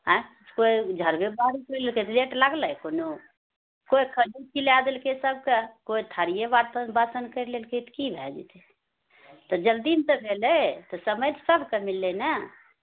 आंय कोइ झाड़ूए बहारू करि लेलकै तऽ लेट लागलै कोनो कोइ खिलाए देलकै सबकेँ कोइ थारीए बासन कए लेलकै तऽ की भए गेलै तऽ जल्दीमे तऽ भेलै तऽ समय तऽ सबकेँ मिललए ने